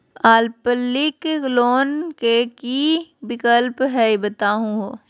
अल्पकालिक लोन के कि कि विक्लप हई बताहु हो?